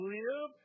live